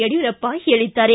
ಯಡಿಯೂರಪ್ಪ ಹೇಳಿದ್ದಾರೆ